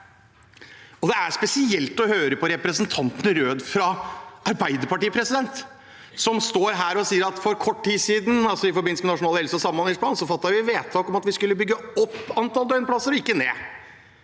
Det er spesielt å høre på representanten Røed fra Arbeiderpartiet, som står her og sier at for kort tid siden, i forbindelse med Nasjonal helse- og samhandlingsplan, fattet vi vedtak om at vi skal bygge opp antall døgnplasser og ikke ned.